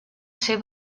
ser